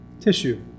tissue